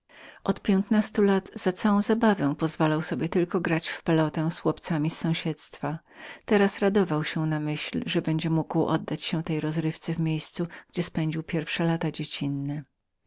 od piętnastu lat za całą zabawę pozwalał sobie tylko grać w piłkę z ulicznikami teraz obiecywał sobie niewypowiedzianą rozkosz gdy będzie mógł oddać się tejże rozrywce w miejscu gdzie spędził pierwsze lata dziecinne